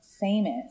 famous